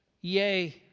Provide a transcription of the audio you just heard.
yay